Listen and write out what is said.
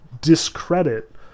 discredit